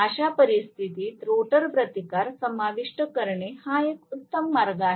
अशा परिस्थितीत रोटर प्रतिकार समाविष्ट करणे हा एक उत्तम मार्ग आहे